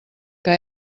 que